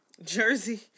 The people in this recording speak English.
Jersey